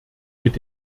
mit